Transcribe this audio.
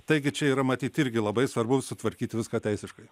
taigi čia yra matyt irgi labai svarbu sutvarkyt viską teisiškai